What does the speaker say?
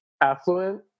affluent